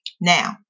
Now